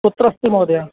कुत्र अस्ति महोदय